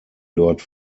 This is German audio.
dort